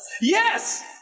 Yes